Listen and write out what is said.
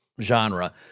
genre